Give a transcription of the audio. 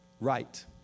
right